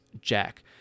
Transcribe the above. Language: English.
Jack